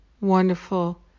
wonderful